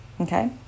Okay